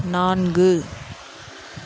நான்கு